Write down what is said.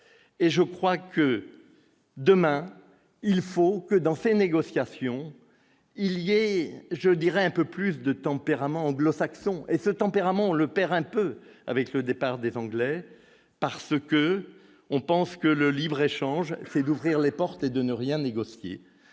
et je crois que demain il faut que dans ces négociations, il y a, je dirais un peu plus de tempérament anglo-saxon et ce tempérament, on le perd un peu avec le départ des Anglais parce que on pense que le libre-échange, c'est d'ouvrir les portes et de ne rien négocier,